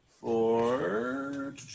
Four